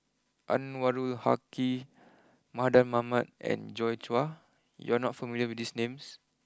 Anwarul Haque Mardan Mamat and Joi Chua you are not familiar with these names